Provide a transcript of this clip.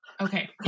okay